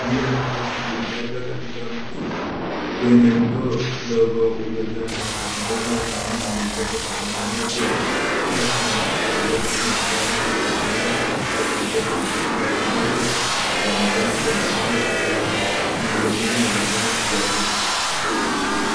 Mazingira ya makazi duni labda katika mji yenye mto mdogo uliojaa taka. Vibada vingi vimejengwa kwa mawe na baadhi ya watu wanaonekana wakitembea karibu na vibanda hivyo. Kuna ng'ombe na kuku wakitembea kwenye uchafu. Eneo hilo linaonekana kuwa na ukame na vumbi na miundombinu inaonekana kuwa duni.